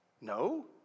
No